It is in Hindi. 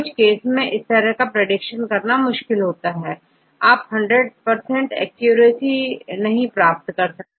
कुछ केस में इस कारण प्रेडिक्शन करना मुश्किल होता है आप 100 एक्यूरेसी नहीं प्राप्त कर सकते